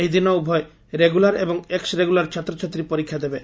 ଏହିଦିନ ଉଭୟ ରେଗୁଲାର୍ ଏବଂ ଏକ୍ ରେଗୁଲାର ଛାତ୍ରଛାତ୍ରୀ ପରୀକ୍ଷା ଦେବେ